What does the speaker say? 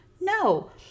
No